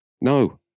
No